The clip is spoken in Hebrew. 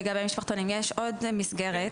לגבי משפחתונים יש עוד מסגרת,